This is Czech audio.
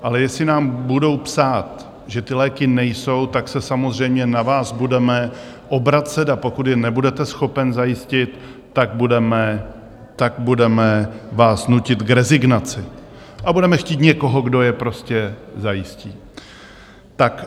Ale jestli nám budou psát, že ty léky nejsou, tak se samozřejmě na vás budeme obracet, a pokud je nebudete schopen zajistit, tak budeme vás nutit k rezignaci a budeme chtít někoho, kdo je prostě zajistí.